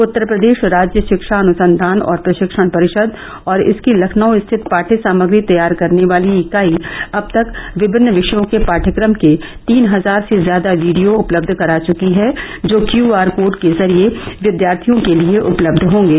उत्तर प्रदेश राज्य शिक्षा अनुसंघान और प्रशिक्षण परिषद और इसकी लखनऊ स्थित पाठ्य सामप्री तैयार करने वाली इकाई अब तक विभिन्न विषयों के पाठ्यक्रम के तीन हजार से ज्यादा वीडियो उपलब्ध करा चुकी है जो क्यू आर कोड के जरिये विद्यार्थियों के लिये उपलब्ध होंगे